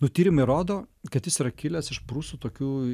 tyrimai rodo kad jis yra kilęs iš prūsų tokių